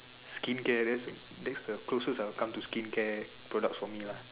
skincare that's that's the closest I have come to skincare products for me lah